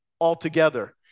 altogether